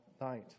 night